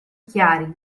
chiari